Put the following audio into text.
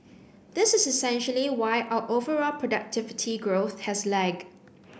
this is essentially why our overall productivity growth has lagged